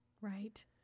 right